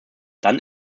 dann